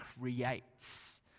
creates